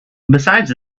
besides